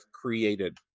created